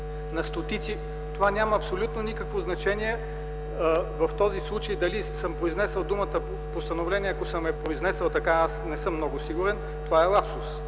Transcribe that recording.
на всички. Няма абсолютно никакво значение в този случай дали съм произнесъл думата „постановление”, ако съм я произнесъл така, не съм много сигурен, това е лапсус.